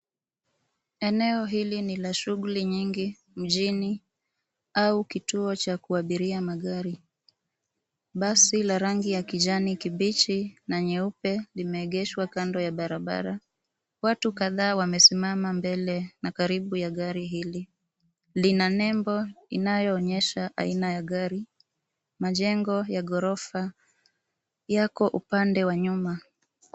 Eneo hili ni la shughuli nyingi mjini au kituo cha kuabiria magari. Basi la rangi ya kijani kibichi na nyeupe limeegeshwa kando ya barabara. Watu kadhaa wamesimama mbele na karibu ya gari hili. Lina nembo inayoonyesha aina ya gari. Majengo ya ghorofa yako upande wa nyuma.